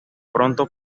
pronto